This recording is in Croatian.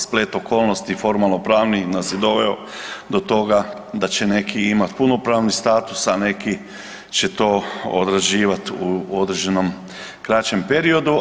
Splet okolnosti formalno-pravni nas je doveo do toga da će neki imati punopravni status, a neki će to odrađivati u određenom kraćem periodu.